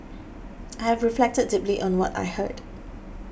I have reflected deeply on what I heard